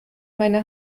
meine